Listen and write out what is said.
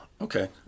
okay